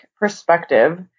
perspective